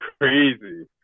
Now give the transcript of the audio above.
crazy